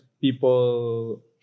people